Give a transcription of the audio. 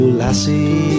lassie